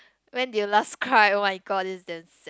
when did you last cry oh-my-god this is damn sad